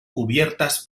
cubiertas